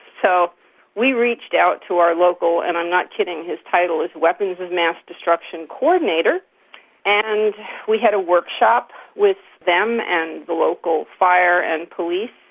so we reached out to our local and i'm not kidding, his title is weapons of mass destruction coordinator and we had a workshop with them and the local fire and police,